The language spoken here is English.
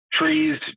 trees